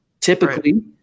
typically